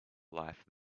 life